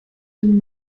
den